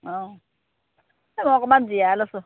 অঁ এই অকণমান জিৰাই লৈছোঁ